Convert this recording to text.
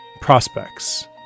prospects